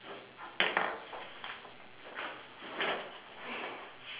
K wait let don~ don't put your phone down we just put it on the table and then we'll go and call the girl okay let's go